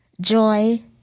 joy